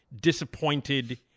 disappointed